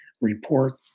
Report